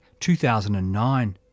2009